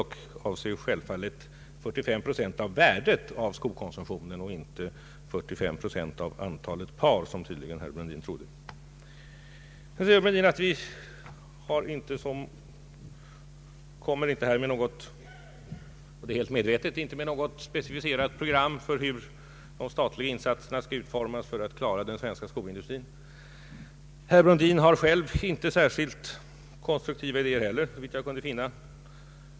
Härmed avses självfallet 45 procent av värdet av skokonsumtionen och inte 45 procent av antalet par, som herr Brundin tydligen trodde. För Övrigt har jag helt avsiktligt inte angett något specificerat program för hur de statliga insatserna skall utformas för att man skall kunna klara den svenska skoindustrin. Herr Brundin har inte heller några särskilt konstruktiva idéer, såvitt jag kunde finna.